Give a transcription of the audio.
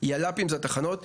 היל״פים והתחנות,